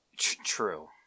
True